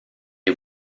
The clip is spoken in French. les